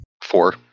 Four